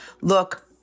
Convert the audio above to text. look